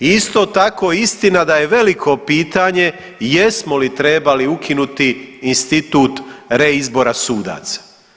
I isto tako istina da je veliko pitanje jesmo li trebali ukinuti institut reizbora sudaca.